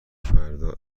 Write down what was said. فردا